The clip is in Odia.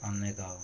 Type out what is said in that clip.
ଅନେକ